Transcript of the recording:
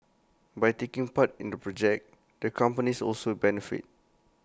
by taking part in the project the companies also benefit